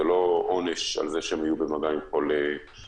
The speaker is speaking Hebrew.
זה לא עונש על זה שהם היו במגע עם חולה מאומת.